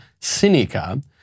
Sinica